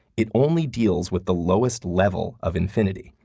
it only deals with the lowest level of infinity,